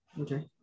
Okay